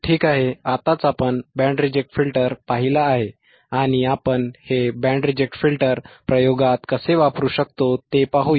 ठीक आहे आत्ताच आपण बँड रिजेक्ट फिल्टर पाहिला आहे आणि आपण हे बँड रिजेक्ट फिल्टर प्रयोगात कसे वापरू शकतो ते पाहू या